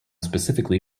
specifically